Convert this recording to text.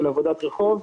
של עבודת רחוב,